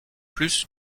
plus